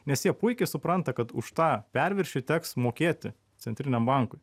nes jie puikiai supranta kad už tą perviršį teks mokėti centriniam bankui